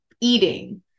eating